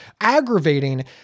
Aggravating